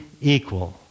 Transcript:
equal